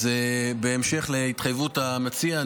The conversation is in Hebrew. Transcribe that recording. בהמשך להתחייבות המציע,